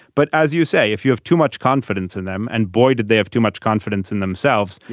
but as you say if you have too much confidence in them. and boy did they have too much confidence in themselves.